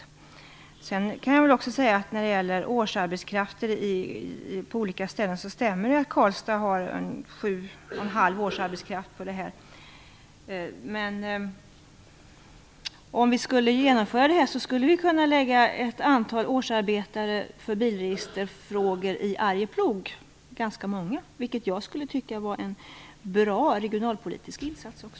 I fråga om årsarbetskrafter på olika ställen kan jag säga att det stämmer att Karlstad har 7,5 årsarbetskrafter här. Men om vi genomförde detta skulle ett antal årsarbetare för bilregisterfrågor - det rör sig om ganska många - kunna placeras i Arjeplog. Det skulle också, tycker jag, vara en bra regionalpolitisk insats.